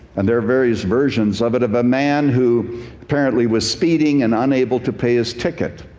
and there are various versions of it, of a man who apparently was speeding and unable to pay his ticket.